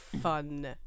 fun